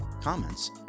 comments